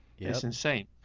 yeah it's insane.